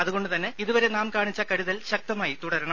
അതുകൊണ്ടുതന്നെ ഇതുവരെ നാം കാണിച്ച കരുതൽ ശക്തമായി തുടരണം